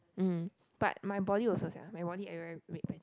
mm but my body also sia my body everywhere red patches